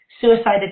suicide